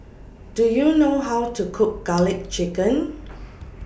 Do YOU know How to Cook Garlic Chicken